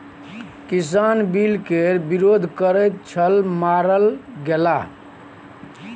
किसान बिल केर विरोध करैत छल मारल गेलाह